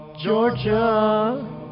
Georgia